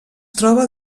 troba